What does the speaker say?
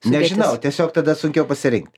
nežinau tada tiesiog sunkiau pasirinkt